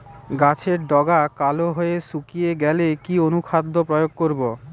গাছের ডগা কালো হয়ে শুকিয়ে গেলে কি অনুখাদ্য প্রয়োগ করব?